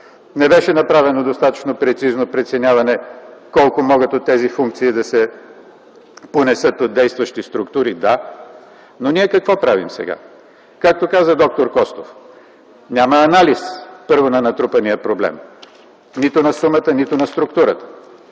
Не беше достатъчно прецизно преценяване колко от тези функции могат да се понесат от действащи структури. Да! Но ние какво правим сега? Както каза д-р Костов, няма анализ, първо, на натрупания проблем – нито на сумата, нито на структурата,